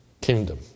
kingdom